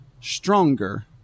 stronger